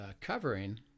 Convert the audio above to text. covering